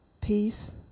peace